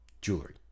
jewelry